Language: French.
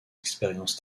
expériences